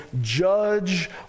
judge